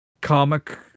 comic